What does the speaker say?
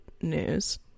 news